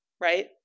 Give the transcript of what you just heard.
right